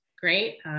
great